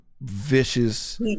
vicious